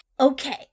Okay